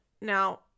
Now